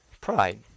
pride